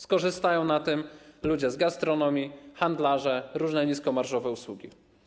Skorzystają na tym ludzie z gastronomii, handlarze, różne niskomarżowe usługi.